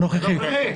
הנוכחי.